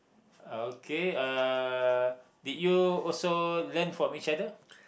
uh okay uh did you also learn from each other